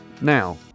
now